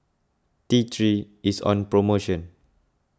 T three is on promotion